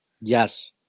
Yes